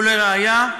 ולראיה,